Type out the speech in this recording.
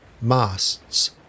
masts